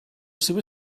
seva